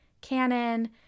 canon